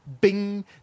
bing